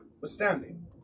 withstanding